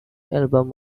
album